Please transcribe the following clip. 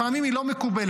לפעמים היא לא מקובלת.